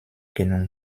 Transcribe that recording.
genug